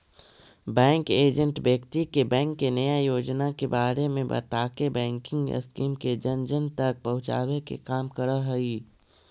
bank agent व्यक्ति के bank के नया योजना के बारे में बताके बैंकिंग स्कीम के जन जन तक पहुंचावे के काम करऽ हइ